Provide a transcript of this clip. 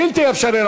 בלתי אפשרי,